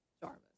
Jarvis